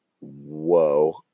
Whoa